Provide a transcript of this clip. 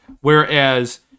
Whereas